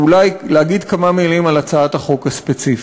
זה אולי להגיד כמה מילים על הצעת החוק הספציפית,